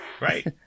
Right